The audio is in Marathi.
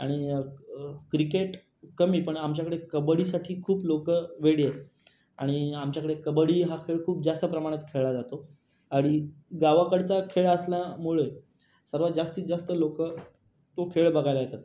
आणि क्रिकेट कमी पण आमच्याकडे कबड्डीसाठी खूप लोकं वेडी आहेत आणि आमच्याकडे कबड्डी हा खेळ खूप जास्त प्रमाणात खेळला जातो आणि गावाकडचा खेळ असल्यामुळे सर्वात जास्तीत जास्त लोकं तो खेळ बघायला येतात